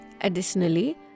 Additionally